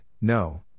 No